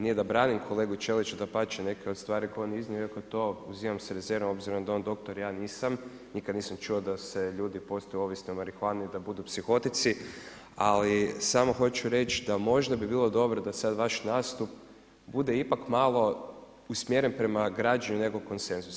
Nije da branim kolegu Ćelića, dapače, neke od stvari koje je on iznio, iako to uzimam s rezervom obzirom da je on doktor, ja nisam, nikad nisam čuo da se ljudi postanu ovisni o marihuani i da budu psihotici, ali samo hoću reć da možda bi bilo dobro da sad vaš nastup bude ipak malo usmjeren prema građi, nego konsenzus.